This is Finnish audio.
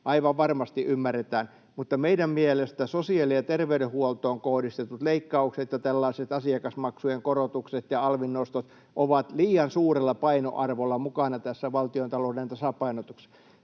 Aivan varmasti ymmärretään, mutta meidän mielestämme sosiaali- ja terveydenhuoltoon kohdistetut leikkaukset ja tällaiset asiakasmaksujen korotukset ja alvin nostot ovat liian suurella painoarvolla mukana tässä valtiontalouden tasapainotuksessa.